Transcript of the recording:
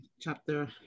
chapter